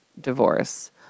divorce